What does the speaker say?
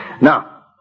Now